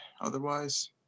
otherwise